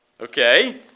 Okay